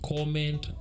Comment